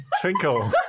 twinkle